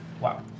Wow